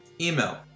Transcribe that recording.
email